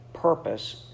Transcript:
purpose